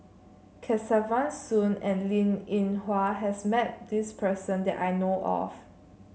Kesavan Soon and Linn In Hua has met this person that I know of